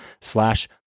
slash